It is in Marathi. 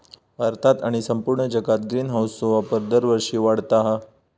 भारतात आणि संपूर्ण जगात ग्रीनहाऊसचो वापर दरवर्षी वाढता हा